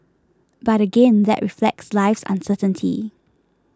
but again that reflects life's uncertainty